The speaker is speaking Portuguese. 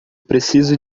preciso